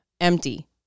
empty